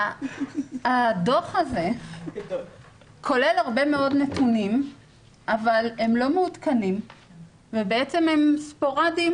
הדו"ח הזה כולל הרבה מאוד נתונים אבל הם לא מעודכנים ובעצם הם ספורדיים